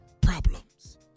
problems